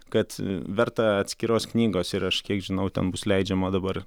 kad verta atskiros knygos ir aš kiek žinau ten bus leidžiama dabar